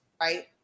right